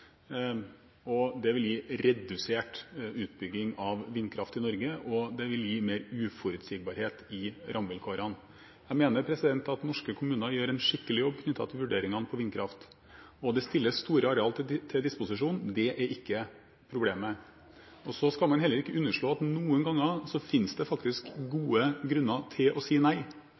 og det vil gi redusert utbygging av vindkraft i Norge og mer uforutsigbarhet i rammevilkårene. Jeg mener at norske kommuner gjør en skikkelig jobb knyttet til vurderingene innen vindkraft. Det stilles store arealer til disposisjon. Det er ikke problemet. Så skal man heller ikke underslå at det noen ganger faktisk finnes gode grunner til å si nei. Det finnes gode grunner til å si nei